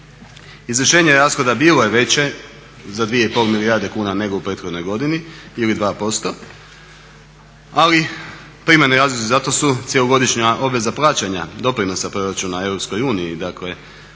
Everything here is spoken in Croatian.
Izvršenje rashoda bilo je veće za 2,5 milijarde kune nego u prethodnoj godini ili 2%, ali primarni razlozi zato su cjelogodišnja obveza plaćanja doprinosa proračuna EU, dakle